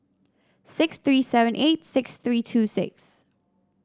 six three seven eight six three two six